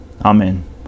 Amen